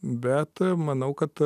bet manau kad